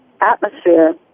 atmosphere